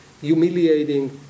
humiliating